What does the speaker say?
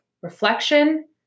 reflection